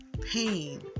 pain